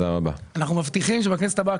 אנחנו מבטיחים שבכנסת הבאה,